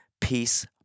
Peace